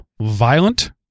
violent